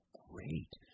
great